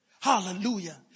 Hallelujah